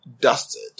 dusted